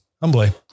Humbly